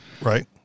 Right